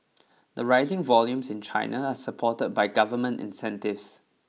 the rising volumes in China are supported by government incentives